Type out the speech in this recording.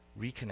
reconnect